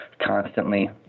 constantly